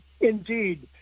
Indeed